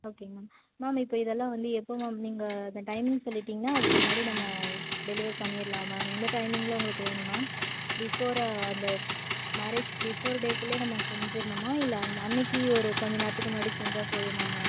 ஓகேங்க ma'am ma'am இப்போ இதெல்லாம் வந்து எப்போ மேம் நீங்கள் அந்த டைமிங் சொல்லிட்டீங்கன்னா அதுக்கு முன்னாடி நம்ம டெலிவரி பண்ணிடலாம் மேம் எந்த டைமிங்கில் உங்களுக்கு வேணும் மேம் பிஃபோர் அந்த மேரேஜ்க்கு பிஃபோர் டேக்குள்ளே நம்ம செஞ்சுர்ணுமா இல்லை அன் அன்றைக்கி ஒரு கொஞ்சம் நேரத்துக்கு முன்னாடி செஞ்சால் போதுமா மேம்